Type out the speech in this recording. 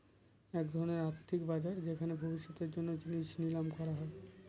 এক ধরনের আর্থিক বাজার যেখানে ভবিষ্যতের জন্য জিনিস নিলাম করা হয়